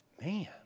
man